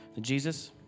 Jesus